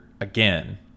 again